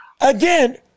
again